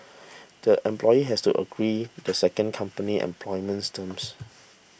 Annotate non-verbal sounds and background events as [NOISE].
the employee has to agree [NOISE] the second company's employment terms